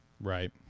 right